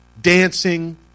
dancing